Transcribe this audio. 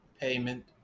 payment